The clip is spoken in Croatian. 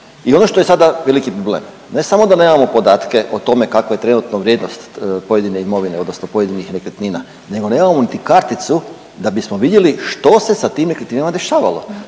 I ono što je sada veliki problem, ne samo da nemamo podatke o tome kakva je trenutno vrijednost pojedine imovine odnosno pojedinih nekretnina nego nemamo niti karticu da bismo vidjeli što se sa tim nekretninama dešavalo,